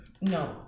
no